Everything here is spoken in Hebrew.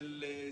של זכאות,